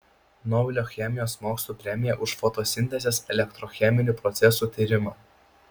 nobelio chemijos mokslų premija už fotosintezės elektrocheminių procesų tyrimą